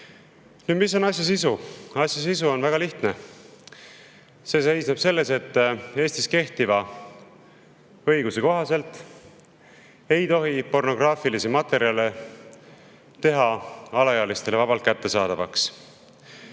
Nüüd, mis on asja sisu? Asja sisu on väga lihtne. See seisneb selles, et Eestis kehtiva õiguse kohaselt ei tohi pornograafilisi materjale teha alaealistele vabalt kättesaadavaks.